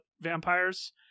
vampires